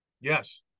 Yes